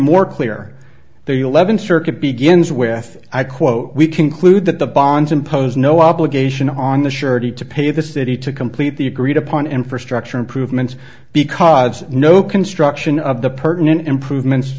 more clear though you eleventh circuit begins with i quote we conclude that the bonds impose no obligation on the surety to pay the city to complete the agreed upon infrastructure improvements because no construction of the pertinent improvements